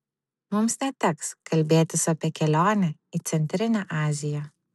mums neteks kalbėtis apie kelionę į centrinę aziją